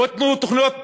בואו תנו תוכניות מתאר,